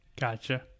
Gotcha